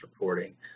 reporting